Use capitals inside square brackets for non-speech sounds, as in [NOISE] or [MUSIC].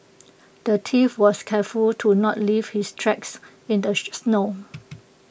the thief was careful to not leave his tracks in the [HESITATION] snow